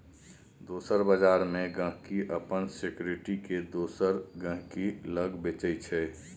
दोसर बजार मे गांहिकी अपन सिक्युरिटी केँ दोसर गहिंकी लग बेचय छै